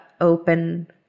open